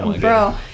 bro